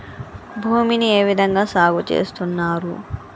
భూమిని ఏ విధంగా సాగు చేస్తున్నారు?